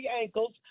ankles